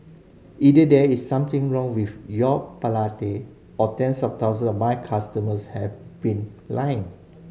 either there is something wrong with your palate or tens of thousands of my customers have been lying